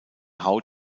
haut